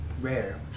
rare